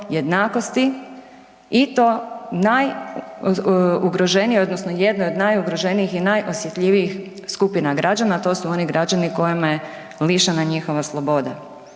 odnosno jedno od najugroženijih i najosjetljivijih skupina građana, a to su oni građani kojima je lišena njihova sloboda.